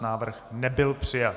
Návrh nebyl přijat.